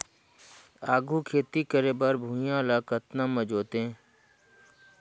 आघु खेती करे बर भुइयां ल कतना म जोतेयं?